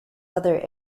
other